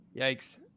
Yikes